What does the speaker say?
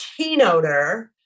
keynoter